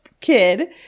kid